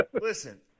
listen